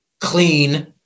clean